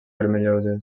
vermelloses